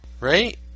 Right